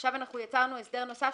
עכשיו אנחנו יצרנו הסדר נוסף,